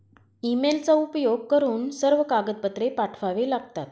ईमेलचा उपयोग करून सर्व कागदपत्रे पाठवावे लागतात